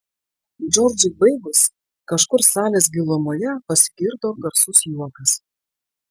džordžai baigus kažkur salės gilumoje pasigirdo garsus juokas